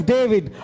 David